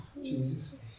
Jesus